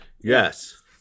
Yes